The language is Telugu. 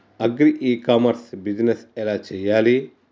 అగ్రి ఇ కామర్స్ బిజినెస్ ఎలా చెయ్యాలి?